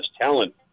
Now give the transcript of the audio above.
talent